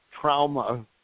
trauma